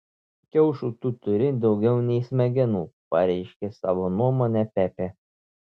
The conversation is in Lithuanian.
kiaušų tu turi daugiau nei smegenų pareiškė savo nuomonę pepė